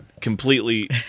Completely